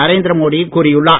நரேந்திர மோடி கூறியுள்ளார்